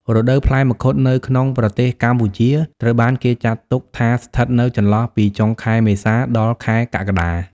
រដូវផ្លែមង្ឃុតនៅក្នុងប្រទេសកម្ពុជាត្រូវបានគេចាត់ទុកថាស្ថិតនៅចន្លោះពី ចុងខែមេសា ដល់ខែកក្កដា។